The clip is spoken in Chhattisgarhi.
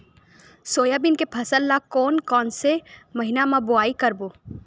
सोयाबीन के फसल ल कोन कौन से महीना म बोआई करबो?